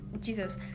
Jesus